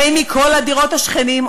באים מכל הדירות השכנים,